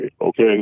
okay